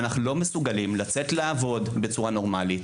אנחנו לא מסוגלים לצאת לעבוד בצורה נורמלית.